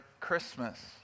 Christmas